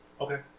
Okay